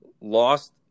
lost